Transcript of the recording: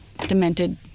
demented